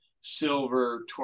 silver